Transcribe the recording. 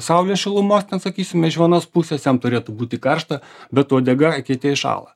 saulės šilumos ten sakysime iš vienos pusės jam turėtų būti karšta bet uodega eketėj šąla